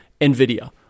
Nvidia